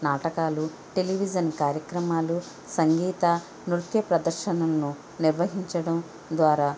నాటకాలు టెలివిజన్ కార్యక్రమాలు సంగీత నృత్య ప్రదర్శనను నిర్వహించటం ద్వారా